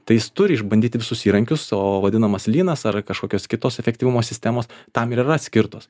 tai jis turi išbandyti visus įrankius o vadinamas lynas ar kažkokios kitos efektyvumo sistemos tam ir yra skirtos